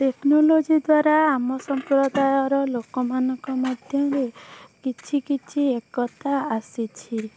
technology ଦ୍ୱାରା ଆମ ସମ୍ପ୍ରଦାୟର ଲୋକମାନଙ୍କ ମଧ୍ୟରେ କିଛି କିଛି ଏକତା ଆସିଛି